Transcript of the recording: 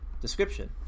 Description